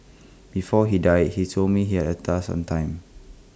before he died he told me he had A task on time